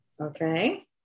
Okay